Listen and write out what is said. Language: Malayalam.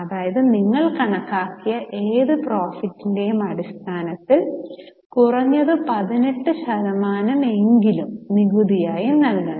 അതായത് നിങ്ങൾ കണക്കാക്കിയ ഏത് പ്രൊഫൈറ്റിന്റെയും അടിസ്ഥാനത്തിൽ കുറഞ്ഞത് 18 ശതമാനം എങ്കിലും നികുതിയായി നൽകണം